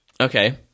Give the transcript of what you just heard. Okay